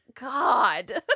God